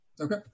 Okay